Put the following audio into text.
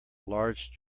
large